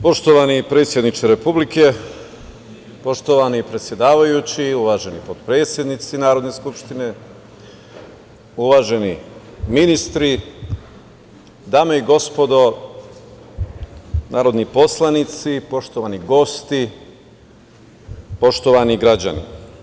Poštovani predsedniče Republike, poštovani predsedavajući, uvaženi potpredsednici Narodne skupštine, uvaženi ministri, dame i gospodo narodni poslanici, poštovani gosti, poštovani građani.